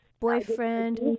boyfriend